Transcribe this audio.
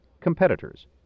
competitors